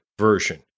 version